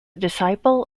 disciple